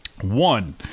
One